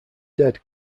dead